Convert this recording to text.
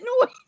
noise